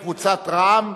להלן: קבוצת קדימה,